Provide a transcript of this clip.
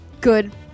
good